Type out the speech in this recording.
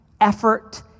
effort